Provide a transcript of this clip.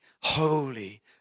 holy